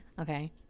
Okay